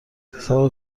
تصور